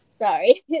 Sorry